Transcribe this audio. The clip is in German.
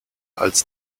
als